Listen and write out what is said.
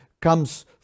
comes